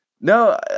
no